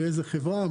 מאיזו חברה,